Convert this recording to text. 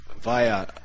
via